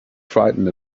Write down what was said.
frightened